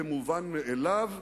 איננו יכולים לקבל כמובן מאליו,